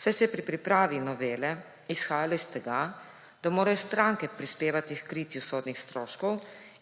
se je pri pripravi novele izhajalo iz tega, da morajo stranke prispevati h kritju sodnih stroškov